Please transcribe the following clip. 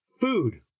Food